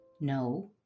No